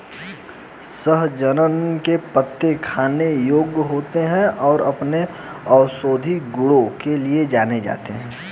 सहजन के पत्ते खाने योग्य होते हैं और अपने औषधीय गुणों के लिए जाने जाते हैं